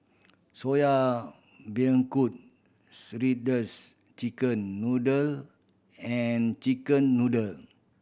Soya Beancurd shredded chicken noodle and chicken noodle